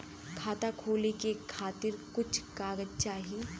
खाता खोले के खातिर कुछ कागज चाही?